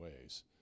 ways